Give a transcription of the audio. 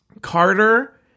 carter